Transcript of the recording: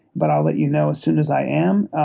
but i'll let you know as soon as i am.